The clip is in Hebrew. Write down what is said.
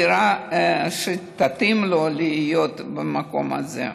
את הדירה שתתאים לו במקום הזה.